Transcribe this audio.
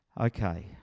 okay